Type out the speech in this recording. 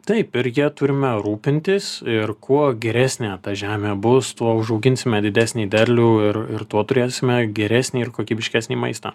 taip ir ja turime rūpintis ir kuo geresnė ta žemė bus tuo užauginsime didesnį derlių ir ir tuo turėsime geresnį ir kokybiškesnį maistą